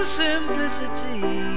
simplicity